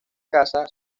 casa